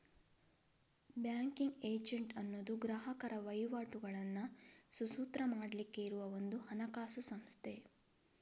banking agent ಅನ್ನುದು ಗ್ರಾಹಕರ ವಹಿವಾಟುಗಳನ್ನ ಸುಸೂತ್ರ ಮಾಡ್ಲಿಕ್ಕೆ ಇರುವ ಒಂದು ಹಣಕಾಸು ಸಂಸ್ಥೆ